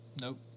nope